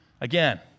again